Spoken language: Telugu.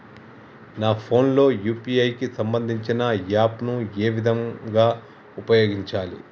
నా ఫోన్ లో యూ.పీ.ఐ కి సంబందించిన యాప్ ను ఏ విధంగా ఉపయోగించాలి?